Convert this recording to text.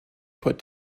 put